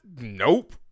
Nope